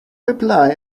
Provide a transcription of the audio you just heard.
reply